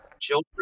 children